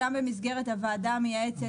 גם במסגרת הוועדה המייעצת,